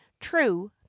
true